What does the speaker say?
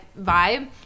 vibe